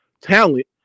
talent